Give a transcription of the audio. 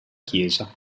chiesa